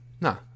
no